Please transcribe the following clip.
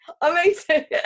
amazing